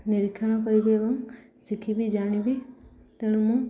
ନିରୀକ୍ଷଣ କରିବି ଏବଂ ଶିଖିବି ଜାଣିବି ତେଣୁ ମୁଁ